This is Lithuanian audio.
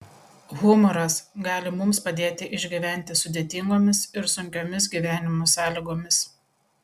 humoras gali mums padėti išgyventi sudėtingomis ir sunkiomis gyvenimo sąlygomis